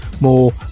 more